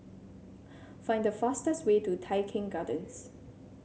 find the fastest way to Tai Keng Gardens